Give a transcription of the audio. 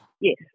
Yes